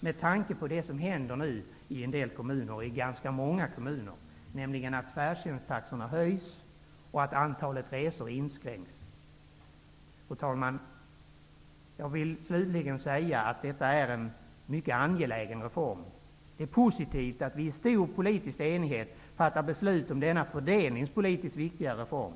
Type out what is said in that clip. med tanke på det som händer i ganska många kommuner, nämligen att färdtjänsttaxorna höjs och att antalet resor inskränks. Fru talman! Slutligen vill jag säga att detta är en mycket angelägen reform. Det är positivt att vi i stor politisk enighet fattar beslut om denna fördelningspolitiskt viktiga reform.